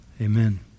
Amen